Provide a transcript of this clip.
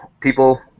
people